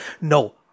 no